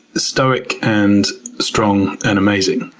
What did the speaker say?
stoic, and strong, and amazing.